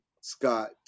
Scott